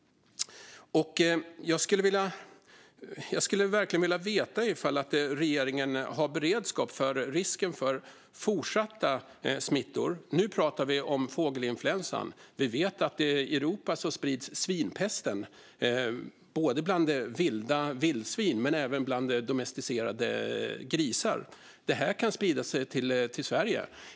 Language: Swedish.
Jag skulle verkligen vilja veta ifall regeringen har beredskap för fortsatta smittor. Nu pratar vi om fågelinfluensan. Vi vet att i Europa sprids svinpesten bland vilda vildsvin men även bland domesticerade grisar. Den kan sprida sig till Sverige.